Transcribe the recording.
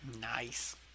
Nice